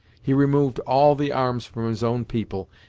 he removed all the arms from his own people,